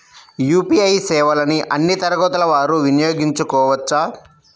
UPI సేవలని అన్నీ తరగతుల వారు వినయోగించుకోవచ్చా?